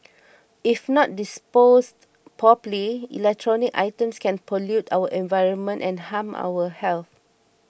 if not disposed properly electronic items can pollute our environment and harm our health